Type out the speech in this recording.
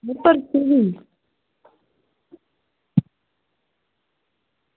बिल्कुल फ्री